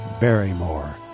Barrymore